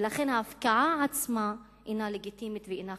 ולכן ההפקעה עצמה אינה לגיטימית ואינה חוקית?